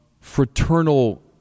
fraternal